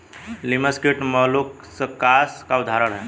लिमस कीट मौलुसकास का उदाहरण है